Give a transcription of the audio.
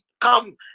come